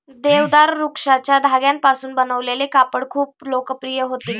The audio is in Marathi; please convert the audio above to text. देवदार वृक्षाच्या धाग्यांपासून बनवलेले कापड खूप लोकप्रिय होते